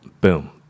boom